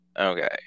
Okay